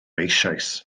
eisoes